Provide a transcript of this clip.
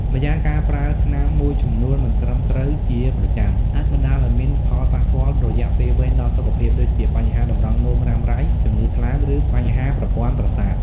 ម្យ៉ាងការប្រើថ្នាំមួយចំនួនមិនត្រឹមត្រូវជាប្រចាំ អាចបណ្ដាលឱ្យមានផលប៉ះពាល់រយៈពេលវែងដល់សុខភាព ដូចជាបញ្ហាតម្រងនោមរ៉ាំរ៉ៃ ជំងឺថ្លើម ឬបញ្ហាប្រព័ន្ធប្រសាទ។